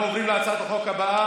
אנחנו עוברים להצעת חוק הבאה,